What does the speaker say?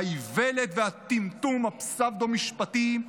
והאיוולת והטמטום הפסאודו-משפטי,